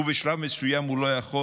ובשלב מסוים הוא לא יכול,